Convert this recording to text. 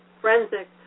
Forensic